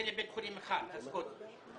זה לבית חולים אחד, הסקוטי.